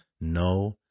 no